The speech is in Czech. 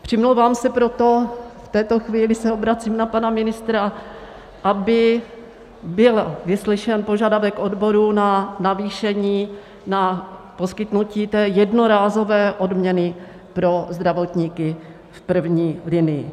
Přimlouvám se proto, v této chvíli se obracím na pana ministra, aby byl vyslyšen požadavek odborů na navýšení, na poskytnutí té jednorázové odměny pro zdravotníky v první linii.